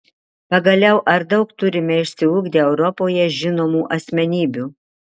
pagaliau ar daug turime išsiugdę europoje žinomų asmenybių